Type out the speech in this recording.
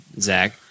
Zach